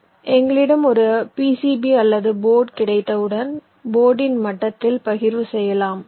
நம்மிடம் ஒரு PCB அல்லது போர்டு கிடைத்தவுடன் போர்டின் மட்டத்தில் பகிர்வு செய்யலாம்